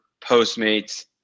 Postmates